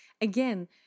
again